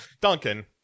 Duncan